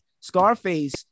scarface